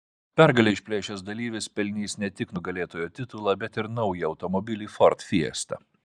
pergalę išplėšęs dalyvis pelnys ne tik nugalėtojo titulą bet ir naują automobilį ford fiesta